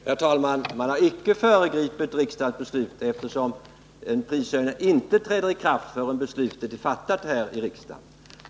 Herr talman! Man har icke föregripit riksdagens beslut, eftersom en prishöjning inte träder i kraft förrän beslutet är fattat här i riksdagen.